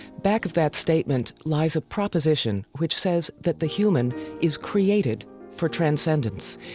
back of that statement lies a proposition which says that the human is created for transcendence,